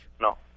No